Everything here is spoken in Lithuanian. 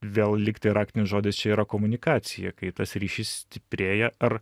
vėl lyg tai raktinis žodis čia yra komunikacija kai tas ryšys stiprėja ar